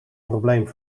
probleem